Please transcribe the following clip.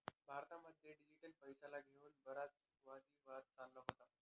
भारतामध्ये डिजिटल पैशाला घेऊन बराच वादी वाद चालला होता